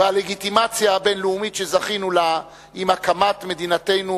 והלגיטימציה הבין-לאומית שזכינו לה עם הקמת מדינתנו,